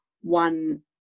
one